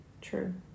True